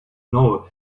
know